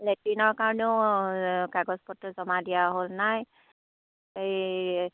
লেট্ৰিনৰ কাৰণেও কাগজ পত্ৰ জমা দিয়া হ'ল নাই এই